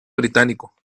británico